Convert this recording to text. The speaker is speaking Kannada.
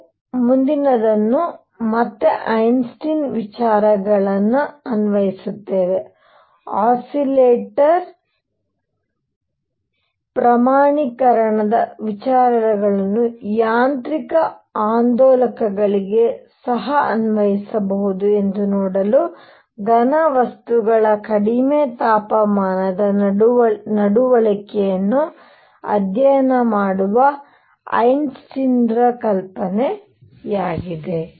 ನಾವು ಮುಂದಿನದನ್ನು ಮತ್ತೆ ಐನ್ಸ್ಟೈನ್ ವಿಚಾರಗಳನ್ನು ಅನ್ವಯಿಸುತ್ತೇವೆ ಆಸಿಲೇಟರ್ ಪ್ರಮಾಣೀಕರಣದ ವಿಚಾರಗಳನ್ನು ಯಾಂತ್ರಿಕ ಆಂದೋಲಕಗಳಿಗೆ ಸಹ ಅನ್ವಯಿಸಬಹುದು ಎಂದು ನೋಡಲು ಘನವಸ್ತುಗಳ ಕಡಿಮೆ ತಾಪಮಾನದ ನಡವಳಿಕೆಯನ್ನು ಅಧ್ಯಯನ ಮಾಡುವ ಐನ್ಸ್ಟೈನ್ರ ಕಲ್ಪನೆ ಆಗಿದೆ